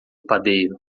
padeiro